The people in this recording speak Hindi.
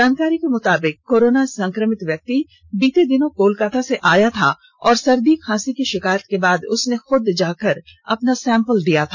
जानकारी के मुताबिक कोरोना संक्रमित व्यक्ति बीते दिनों कोलकाता से आया था और सर्दी खांसी की शिकायत के बाद उसने खूद जाकर अपना सैंपल दिया था